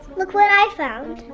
look what i found!